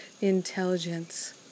intelligence